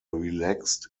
relaxed